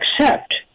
accept